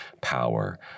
power